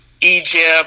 Egypt